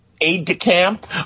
aide-de-camp